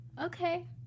Okay